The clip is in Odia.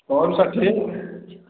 ଛ ରୁ ଷାଠିଏ